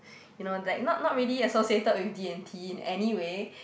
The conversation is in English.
you know like not not really associated with D and T anyway